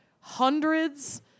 hundreds